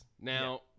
Now